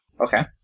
Okay